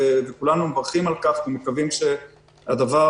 וכולנו מברכים על כך ומקווים שהדבר